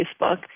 Facebook